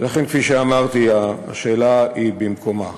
ולכן, כפי שאמרתי, השאלה היא במקומה.